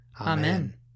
Amen